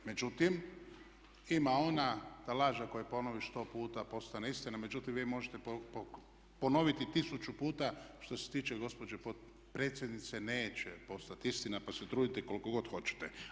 Međutim, ima ona da laž ak je ponoviš sto puta postane istina, međutim vi možete ponoviti tisuću puta što se tiče gospođe predsjednice neće postati istina pa se trudite koliko god hoćete.